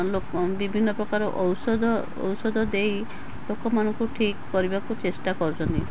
ଲୋକ ବିଭିନ୍ନ ପ୍ରକାର ଔଷଧ ଔଷଧ ଦେଇ ଲୋକମାନଙ୍କୁ ଠିକ୍ କରିବାକୁ ଚେଷ୍ଟା କରୁଛନ୍ତି